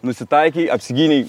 nusitaikei apsigynei